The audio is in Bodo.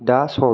दा सम